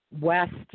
West